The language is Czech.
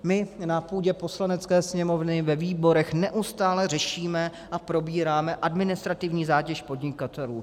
My na půdě Poslanecké sněmovny ve výborech neustále řešíme a probíráme administrativní zátěž podnikatelů.